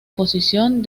posición